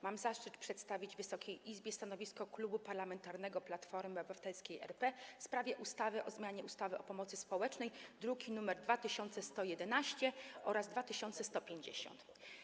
Mam zaszczyt przedstawić Wysokiej Izbie stanowisko Klubu Parlamentarnego Platforma Obywatelska RP w sprawie ustawy o zmianie ustawy o pomocy społecznej, druki nr 2111 oraz 2150.